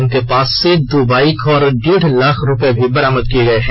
इनके पास से दो बाइक और डेढ़ लाख रूपये भी बरामद किए गए हैं